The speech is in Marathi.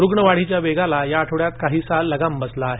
रुग्ण वाढीच्या वेगला या आठवड्यात काहीसा लगाम बसला आहे